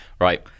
right